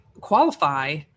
qualify